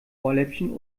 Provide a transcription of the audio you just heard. ohrläppchen